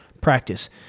practice